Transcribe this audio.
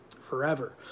forever